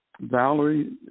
Valerie